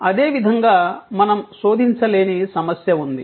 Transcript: అదేవిధంగా మనం శోధించలేని సమస్య ఉంది